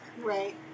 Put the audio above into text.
right